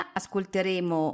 ascolteremo